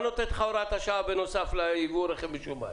מה נותנת לך הוראת השעה בנוסף ליבוא רכב משומש?